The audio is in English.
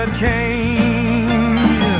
change